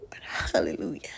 hallelujah